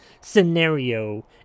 scenario